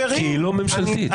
כי היא לא ממשלתית.